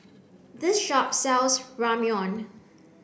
this shop sells Ramyeon